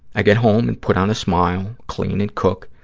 i get home and put on a smile, clean and cook,